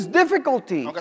difficulty